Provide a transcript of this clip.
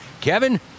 Kevin